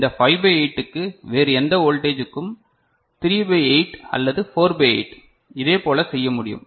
இந்த 5 பை 8 க்கு வேறு எந்த வோல்டேஜ் இக்கும் 3 பை 8 அல்லது 4 பை 8 இதே போல செய்ய முடியும்